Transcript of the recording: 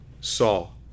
Saul